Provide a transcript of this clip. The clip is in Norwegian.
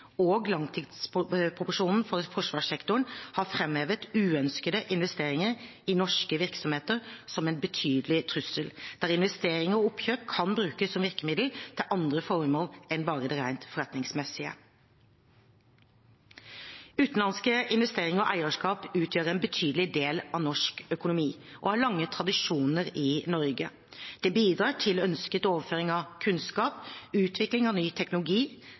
for forsvarssektoren har framhevet uønskede investeringer i norske virksomheter som en betydelig trussel, der investeringer og oppkjøp kan brukes som virkemiddel til andre formål enn bare det rent forretningsmessige. Utenlandske investeringer og eierskap utgjør en betydelig del av norsk økonomi og har lange tradisjoner i Norge. Det bidrar til ønsket overføring av kunnskap, utvikling av ny teknologi,